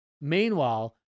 Meanwhile